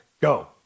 go